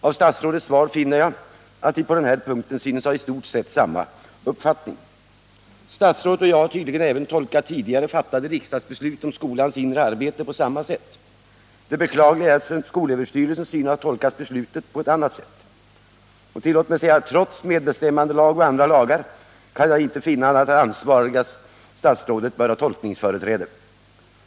Av statsrådets svar finner jag att vi på den här punkten synes ha i stort sett samma uppfattning. Statsrådet och jag har tydligen tolkat även tidigare fattade riksdagsbeslut om skolans inre arbete på samma sätt. Det beklagliga är att skolöverstyrelsen synes ha tolkat beslutet på ett annat sätt. Tillåt mig säga att trots medbestämmandelag och andra lagar kan jag inte finna annat än att det ansvariga statsrådet bör ha tolkningsföreträde.